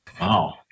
wow